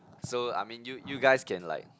so I mean you you guys can like